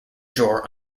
drawer